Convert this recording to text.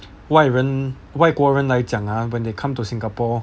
外人外国人来讲 ah when they come to singapore